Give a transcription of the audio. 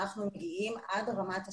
אנחנו מגיעים עד רמת השטח.